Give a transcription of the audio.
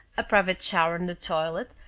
a private shower and toilet,